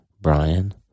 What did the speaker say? Brian